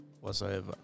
whatsoever